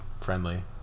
friendly